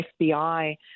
FBI